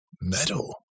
metal